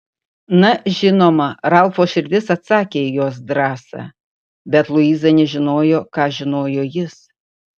na žinoma ralfo širdis atsakė į jos drąsą bet luiza nežinojo ką žinojo jis